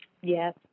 Yes